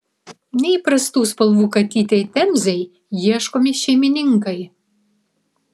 neįprastų spalvų katytei temzei ieškomi šeimininkai